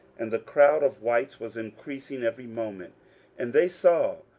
and the crowd of whites was increasing every moment and they saw,